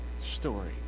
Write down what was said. story